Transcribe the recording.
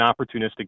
opportunistic